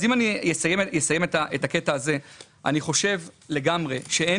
אם אני אסיים את הקטע הזה אני אומר שאני לגמרי חושב שאין